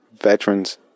veterans